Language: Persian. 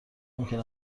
ممکن